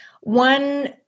One